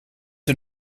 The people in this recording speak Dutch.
hun